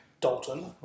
Dalton